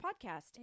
podcast